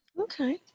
Okay